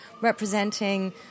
representing